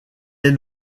est